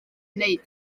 wneud